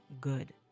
good